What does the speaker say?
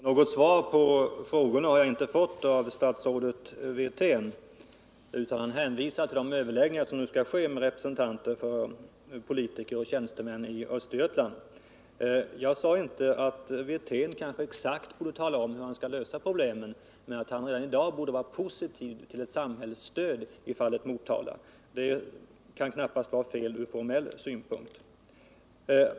Herr talman! Något svar på mina frågor har jag inte fått av statsrådet Wirtén, utan han hänvisar bara till de överläggningar som nu skall ske med representanter för politiker och tjänstemän från Östergötland. Jag begärde inte att Rolf Wirtén exakt skulle tala om hur han skall lösa problemen, utan jag frågade om han i dag kunde uttala sig positivt för ett samhällsstöd i fallet Motala — det kan knappast anses vara felaktigt från formell synpunkt.